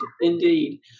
Indeed